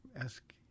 ask